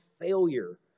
failure